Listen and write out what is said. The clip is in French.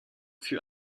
fut